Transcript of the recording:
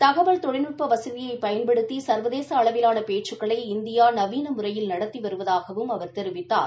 தகவல் தொழில்நுட்ப வசதியை பயன்படுத்தி சா்வதேச அளவிலான பேச்சுக்களை இந்தியா நவீன முறையில் நடத்தி வருவதாகவும் அவர் தெரிவித்தார்